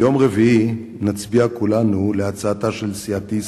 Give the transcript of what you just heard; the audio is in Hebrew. ביום רביעי נצביע כולנו על הצעתה של סיעתי,